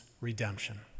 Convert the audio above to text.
redemption